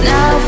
Now